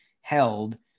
held